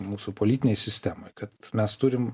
mūsų politinėj sistemoj kad mes turim